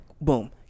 boom